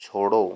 छोड़ो